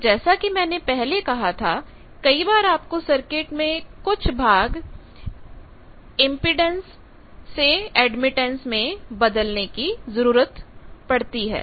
पर जैसा कि मैंने पहले कहा था कई बार आपको सर्किट के कुछ भाग में इंपेडेंस को एडमिटेंस में बदलने की जरूरत पड़ती है